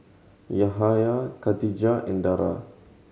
Yahaya Katijah and Dara